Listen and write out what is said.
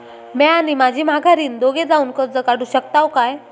म्या आणि माझी माघारीन दोघे जावून कर्ज काढू शकताव काय?